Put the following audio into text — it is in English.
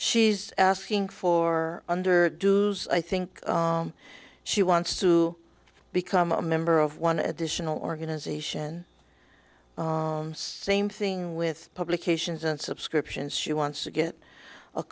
she's asking for under i think she wants to become a member of one additional organization same thing with publications and subscriptions she wants to get a